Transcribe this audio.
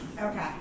Okay